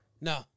No